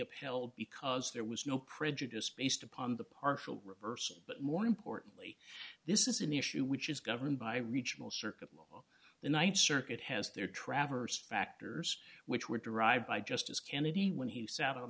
upheld because there was no prejudice based upon the partial reversal but more importantly this is an issue which is governed by regional circuit the th circuit has there traversed factors which were derived by justice kennedy when he sat on